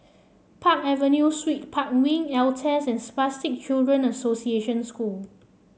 Park Avenue Suites Park Wing Altez and Spastic Children Association School